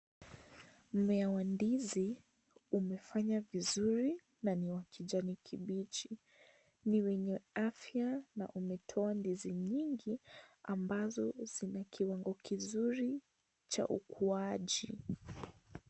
Mmea wa ndizi umefanya vizuri na niwa kijani kibichi. Ni mwenye afia na umetoa ndizi mingi ambazo zina kiwango kizuri cha ukuaji.